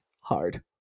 hard